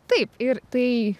taip ir tai